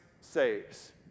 saves